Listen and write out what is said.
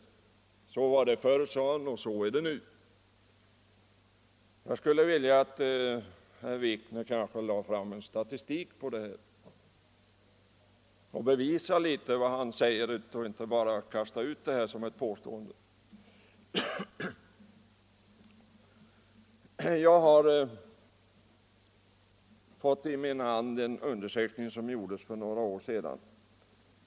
Så var det förr och så är det nu, sade han. Jag skulle vilja att herr Wikner med statistik bevisar riktigheten av det påståendet och inte bara kastar ur sig det. Jag har i min hand en undersökning som gjordes för några år sedan.